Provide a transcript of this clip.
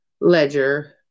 ledger